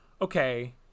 okay